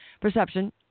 perception